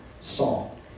Saul